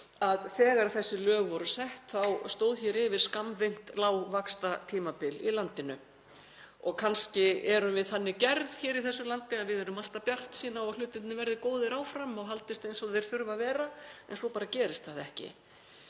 þegar þessi lög voru sett þá stóð yfir skammvinnt lágvaxtatímabil í landinu. Kannski erum við þannig gerð hér í þessu landi að við erum alltaf bjartsýn á að hlutirnir verði góðir áfram og haldist eins og þeir þurfa að vera en svo bara gerist það ekki.